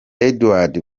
edouard